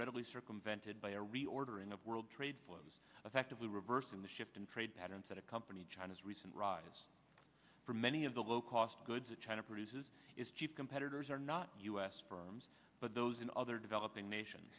readily circumvented by a reordering of world trade flows effectively reversing the shift in trade patterns that accompanied china's recent rise for many of the low cost goods that china produces its cheap competitors are not u s firms but those in other developing nation